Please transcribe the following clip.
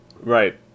Right